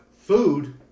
food